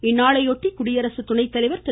இந்நாளையொட்டி குடியரசு துணைத்தலைவர் திரு